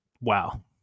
Wow